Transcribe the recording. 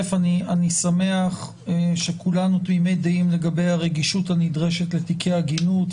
אני שמח שכולנו תמימי דעים לגבי הרגישות הנדרשת לתיקי עגינות,